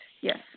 yes